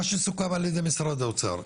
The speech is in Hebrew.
מה שסוכם על ידי משרד האוצר,